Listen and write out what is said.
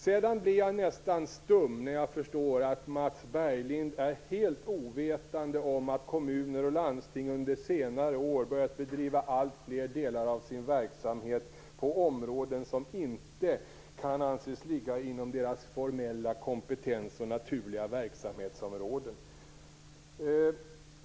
Sedan blir jag nästan stum när jag förstår att Mats Berglind är helt ovetande om att kommuner och landsting under senare år har börjat driva alltfler delar av sin verksamhet på områden som inte kan anses ligga inom deras formella kompetens och naturliga verksamhetsområden.